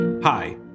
Hi